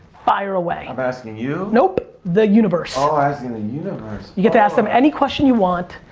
fire away. i'm asking you? nope, the universe. oh, asking the universe. you get to ask them any question you want,